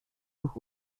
durch